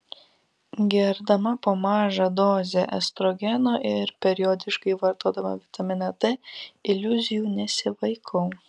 gerdama po mažą dozę estrogeno ir periodiškai vartodama vitaminą d iliuzijų nesivaikau